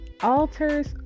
altars